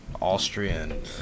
Austrian